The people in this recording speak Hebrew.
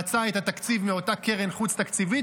שר האוצר מצא את התקציב מאותה קרן חוץ-תקציבית,